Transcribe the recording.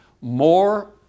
more